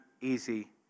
easy